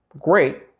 great